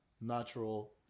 natural